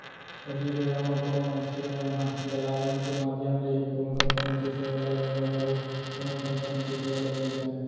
पहिली बेरा म कोनो मनसे मन ह दलाल मन के माधियम ले ही कोनो कंपनी के सेयर ल लेवय अउ कोनो कंपनी के सेयर ल बेंचय